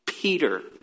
Peter